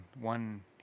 one